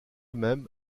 même